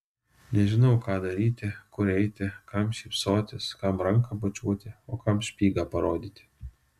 nežinau ką daryti kur eiti kam šypsotis kam ranką bučiuoti o kam špygą parodyti